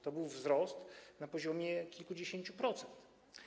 To był wzrost na poziomie kilkudziesięciu procent.